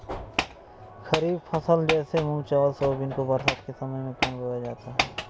खरीफ फसले जैसे मूंग चावल सोयाबीन को बरसात के समय में क्यो बोया जाता है?